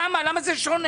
למה זה שונה?